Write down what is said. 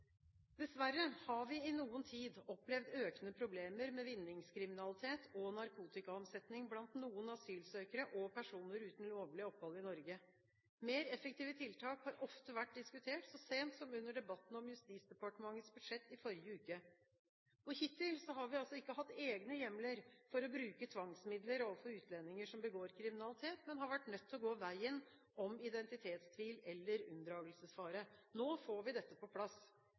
Dessverre har vi i noen tid opplevd økende problemer med vinningskriminalitet og narkotikaomsetning blant noen asylsøkere og personer uten lovlig opphold i Norge. Mer effektive tiltak har ofte vært diskutert, så sent som under debatten om Justisdepartementets budsjett i forrige uke. Hittil har vi altså ikke hatt egne hjemler for å bruke tvangsmidler overfor utlendinger som begår kriminalitet, men har vært nødt til å gå veien om identitetstvil eller unndragelsesfare. Nå får vi dette på plass.